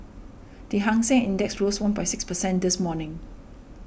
the Hang Seng Index rose one six percent this morning